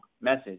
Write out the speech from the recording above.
message